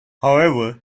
however